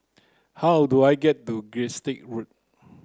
how do I get to Gilstead Road